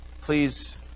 Please